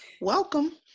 Welcome